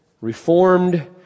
reformed